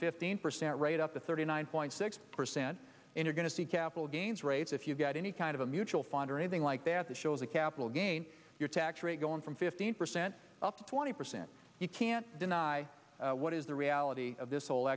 fifteen percent rate up to thirty nine point six percent in you're going to see capital gains rates if you've got any kind of a mutual fund or anything like that that shows a capital gains tax rate going from fifteen percent up to twenty percent you can't deny what is the reality of this whole